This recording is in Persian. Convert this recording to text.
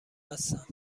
بستند